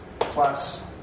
Plus